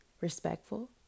respectful